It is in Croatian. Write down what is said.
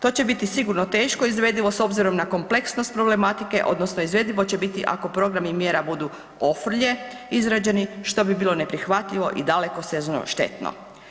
To će biti sigurno teško izvedivo s obzirom na kompleksnost problematike odnosno izvedivo će biti ako programi mjera budu ofrlje izrađeni što bi bilo neprihvatljivo i dalekosežno štetno.